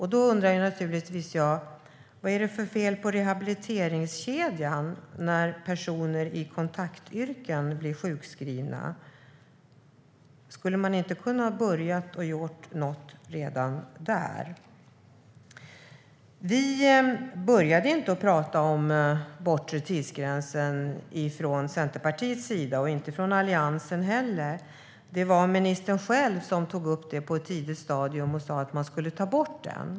Jag undrar naturligtvis: Vad är det för fel på rehabiliteringskedjan när personer i kontaktyrken blir sjukskrivna? Skulle man inte ha kunnat börja och göra något redan där? Vi började inte prata om den bortre tidsgränsen från Centerpartiets eller Alliansens sida. Det var ministern själv som tog upp den på ett tidigt stadium och sa att man skulle ta bort den.